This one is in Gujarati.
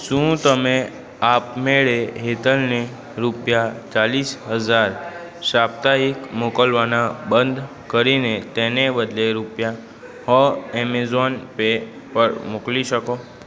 શું તમે આપ મેળે હેતલને રૂપિયા ચાળીસ હજાર સાપ્તાહિક મોકલવાનાં બંધ કરીને તેને બદલે રૂપિયા અ એમેઝોન પે પર મોકલી શકો